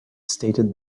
stated